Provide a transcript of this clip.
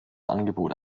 angebot